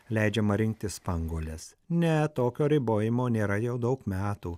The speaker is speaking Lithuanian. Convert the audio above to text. leidžiama rinkti spanguoles ne tokio ribojimo nėra jau daug metų